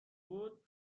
بود